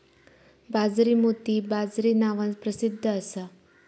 बाजरी मोती बाजरी नावान प्रसिध्द असा